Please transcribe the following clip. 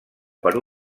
per